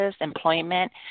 employment